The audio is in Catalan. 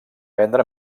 vendre